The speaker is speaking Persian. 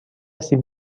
سیب